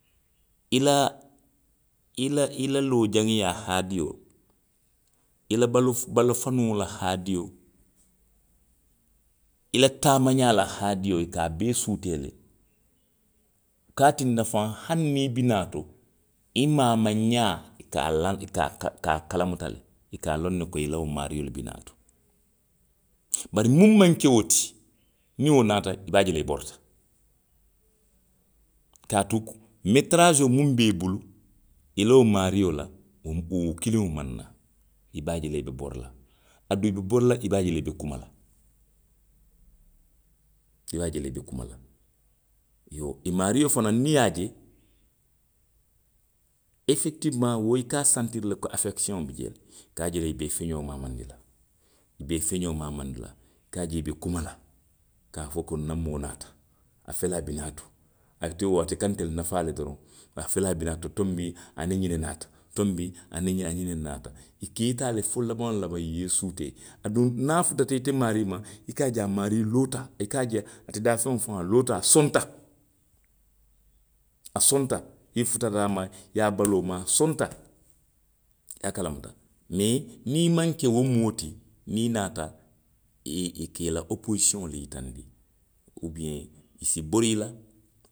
I la, i la, i la loo jawayaa haadiyoo. i la bala. i la balafanuŋo la haadiyoo, i la taamaxaa la haadiyoo, i ka a bee suutee le. Wo ka a tinna faŋ hani niŋ i bi naa to, i maamaŋ ňaa. i ka a laŋ, i ka a, i ka a kalamuta le. I ka a loŋ ne ko i la. Bari muŋ maŋ ke wo ti. niŋ wo naata, i be a je la i borita. Kaatu meteraasoo miŋ be i bulu, i la wo maario la. wo, wo kiliŋo maŋ naa, i be a je la i be bori la. Aduŋ i bori la a be a je la i be kuma la. i be a je la i be kuma la. Iyoo, i maario fanaŋ. niŋ i ye a je. efekitifomaŋ wo i ka a santiri le ko afekisiyoŋo bi jele. I ka a je la i be i feňoo maamanndi la, i be i fexoo maamanndi la, i ka a je i be kuma la, ka a fo ko nna moo naata. A fele i bi naa to. Ate wo ate ka ntelu nafaa le doroŋ, a fele a bi naa to, tonbiŋ aniŋ ňiŋ ne naata, tonbiŋ aniŋ ňiŋ ňiŋ ne naata, i ka i taa le fo labaŋ labaŋ i ye i suutee, aduŋ niŋ a futata ite maarii ma. i ka a je a maarii loota, a ka a je ate daafeŋo faŋo a loota, a sonta, a sonta. i futata a ma i ye a baloo maa, a sonta. i ye a kalamuta, mee niŋ i maŋ ke wo moo ti, niŋ i naata. i ye, i ka i la oposisyoŋo le yitandi walla i si bori i la